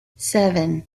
seven